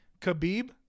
Khabib